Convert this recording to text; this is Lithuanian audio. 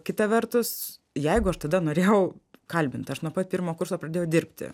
kita vertus jeigu aš tada norėjau kalbint aš nuo pat pirmo kurso pradėjau dirbti